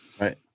right